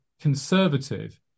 conservative